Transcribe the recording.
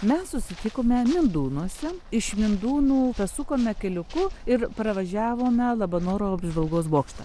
mes susitikome mindūnuose iš mindūnų pasukome keliuku ir pravažiavome labanoro apžvalgos bokštą